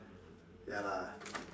ya lah